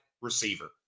receiver